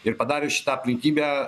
ir padarius šitą aplinkybę